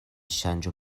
ŝanĝu